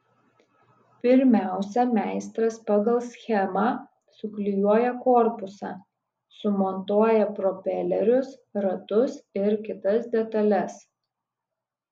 pirmiausia meistras pagal schemą suklijuoja korpusą sumontuoja propelerius ratus ir kitas detales